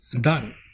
done